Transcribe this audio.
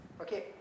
Okay